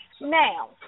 Now